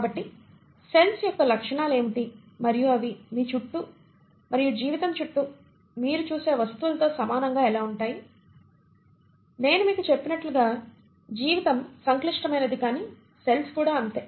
కాబట్టి సెల్స్ యొక్క లక్షణాలు ఏమిటి మరియు అవి మీ చుట్టూ మరియు జీవితం చుట్టూ మీరు చూసే వస్తువులతో సమానంగా ఎలా ఉంటాయి నేను మీకు చెప్పినట్లుగా జీవితం సంక్లిష్టమైనది కానీ సెల్స్ కూడా అంతే